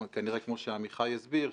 כנראה כמו שעמיחי הסביר,